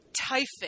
typhus